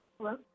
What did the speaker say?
hello